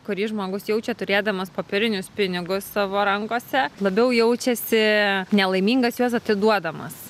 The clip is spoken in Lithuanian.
kurį žmogus jaučia turėdamas popierinius pinigus savo rankose labiau jaučiasi nelaimingas jas atiduodamas